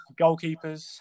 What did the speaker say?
goalkeepers